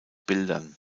bildern